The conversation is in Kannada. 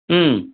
ಹ್ಞೂ